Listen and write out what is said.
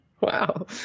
wow